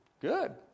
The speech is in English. Good